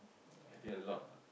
I did a lot ah